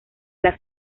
las